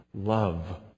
love